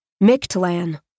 Mictlan